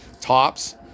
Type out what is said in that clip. tops